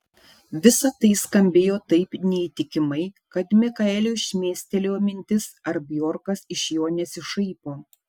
visa tai skambėjo taip neįtikimai kad mikaeliui šmėstelėjo mintis ar bjorkas iš jo nesišaipo